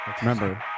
Remember